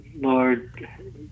Lord